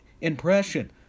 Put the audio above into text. impression